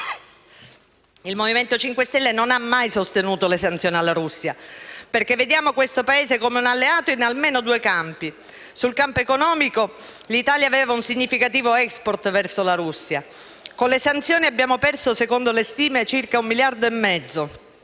Il Movimento 5 Stelle non ha mai sostenuto le sanzioni alla Russia perché vediamo questo Paese come un alleato in almeno due campi. Sul campo economico, l'Italia aveva un significativo *export* verso la Russia. Con le sanzioni abbiamo perso, secondo le stime, circa 1,5 miliardi; un